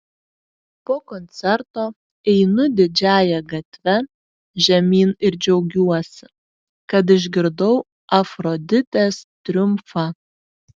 po koncerto einu didžiąja gatve žemyn ir džiaugiuosi kad išgirdau afroditės triumfą